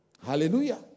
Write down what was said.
Hallelujah